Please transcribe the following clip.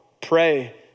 pray